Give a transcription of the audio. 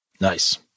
Nice